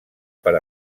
per